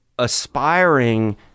aspiring